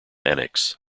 annex